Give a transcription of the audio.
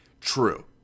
true